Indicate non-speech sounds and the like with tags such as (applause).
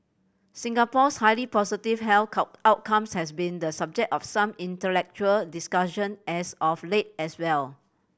Singapore's highly positive health (unintelligible) outcomes has been the subject of some intellectual discussion as of late as well